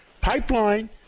pipeline